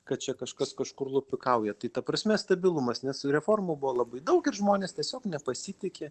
kad čia kažkas kažkur lupikauja tai ta prasme stabilumas nes reformų buvo labai daug ir žmonės tiesiog nepasitiki